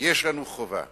יש לנו חובה: